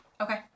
Okay